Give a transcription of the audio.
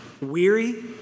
weary